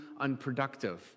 unproductive